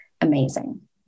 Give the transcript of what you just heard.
amazing